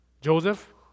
Joseph